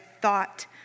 thought